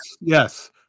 yes